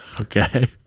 Okay